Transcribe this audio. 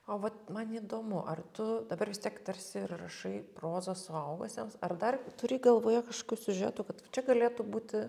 o vat man įdomu ar tu dabar vis tiek tarsi ir rašai prozą suaugusiems ar dar turi galvoje kažkokių siužetų kad čia galėtų būti